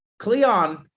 Cleon